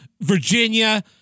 Virginia